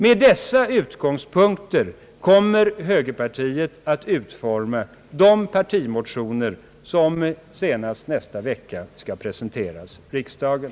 Med dessa utgångspunkter kommer högerpartiet att utforma de partimotioner som senast nästa vecka skall presenteras i riksdagen.